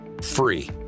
free